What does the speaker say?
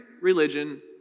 religion